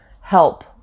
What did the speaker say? help